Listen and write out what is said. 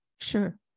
sure